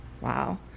Wow